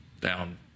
down